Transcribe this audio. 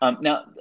now